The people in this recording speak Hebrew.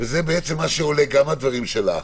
וזה מה שעולה גם מהדברים שלה,